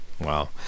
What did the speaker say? wow